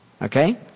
Okay